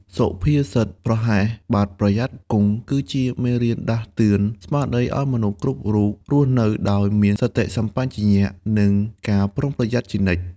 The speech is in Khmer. សុភាសិត «ប្រហែសបាត់ ប្រយ័ត្នគង់» គឺជាមេរៀនដាស់តឿនស្មារតីឱ្យមនុស្សគ្រប់រូបរស់នៅដោយមានសតិសម្បជញ្ញៈ និងការប្រុងប្រយ័ត្នជានិច្ច។